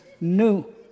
new